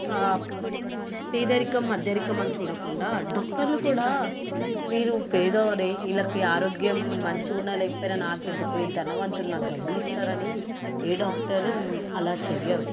పేదరికం మధ్యరికమని చూడకుండా డాక్టర్లు కూడా వీరు పేదవారే వీళ్ళకి ఆరోగ్యం మంచిగున్న లేకపోయినా నాకెందుకు ఈ ధనవంతులు నాకు డబ్బులిస్తారని ఏ డాక్టరు అలా చెయ్యరు